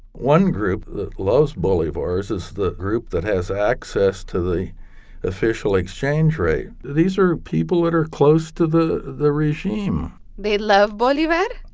one group that loves bolivares is the group that has access to the official exchange rate. these are people that are close to the the regime they love bolivar?